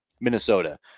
Minnesota